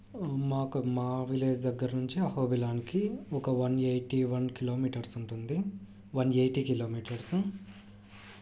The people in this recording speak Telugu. మాకు మా విలేజ్ దగ్గర నుంచి అహోబిలానికి ఒక వన్ ఎయిటీ వన్ కిలోమీటర్సు ఉంటుంది వన్ ఎయిటీ కిలోమీటర్సు